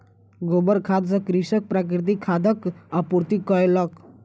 गोबर खाद सॅ कृषक प्राकृतिक खादक आपूर्ति कयलक